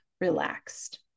relaxed